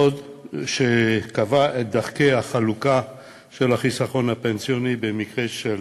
שקבע את דרכי החלוקה של החיסכון הפנסיוני במקרה של